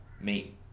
meet